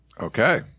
Okay